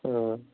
آ